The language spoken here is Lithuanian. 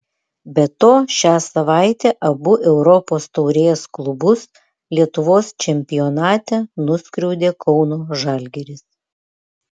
be to šią savaitę abu europos taurės klubus lietuvos čempionate nuskriaudė kauno žalgiris